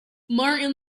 martin